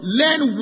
learn